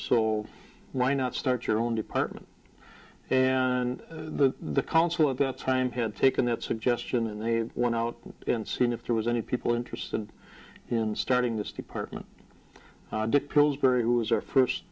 so why not start your own department and the council at that time had taken that suggestion and they went out in seeing if there was any people interested in starting this department dick pillsbury who was our first